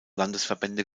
landesverbände